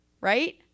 right